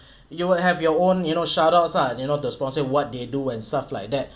you will have your own you know shout out lah you know the sponsor what they do and stuff like that